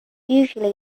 usually